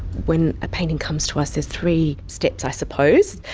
when a painting comes to us there's three steps i suppose.